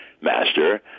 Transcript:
master